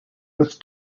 with